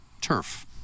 turf